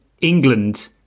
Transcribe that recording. England